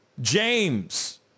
James